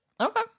Okay